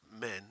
men